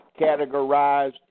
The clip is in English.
categorized